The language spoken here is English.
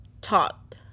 taught